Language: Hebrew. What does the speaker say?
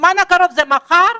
זמן קרוב זה מחר?